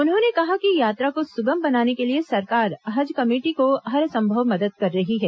उन्होंने कहा कि यात्रा को सुगम बनाने के लिए सरकार हज कमेटी को हरसंभव मदद कर रही है